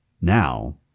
Now